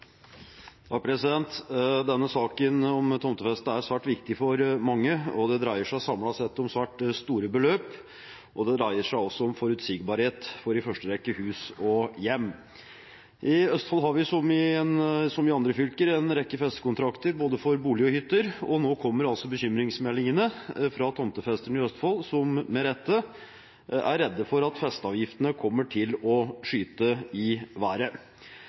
Saken om tomtefeste er svært viktig for mange. Det dreier seg samlet sett om svært store beløp, og det dreier seg om forutsigbarhet for i første rekke hus og hjem. I Østfold har vi, som i andre fylker, en rekke festekontrakter, både for boliger og for hytter, og nå kommer altså bekymringsmeldingene fra tomtefesterne i Østfold som, med rette, er redde for at festeavgiftene kommer til å skyte i været.